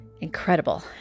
Incredible